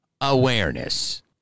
awareness